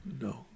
no